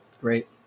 Great